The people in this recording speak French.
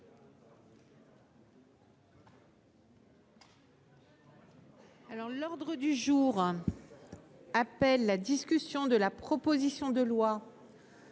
L'ordre du jour appelle la discussion de la proposition de loi